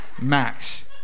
Max